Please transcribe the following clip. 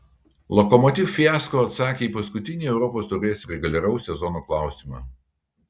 lokomotiv fiasko atsakė į paskutinį europos taurės reguliaraus sezono klausimą